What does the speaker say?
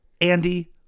Andy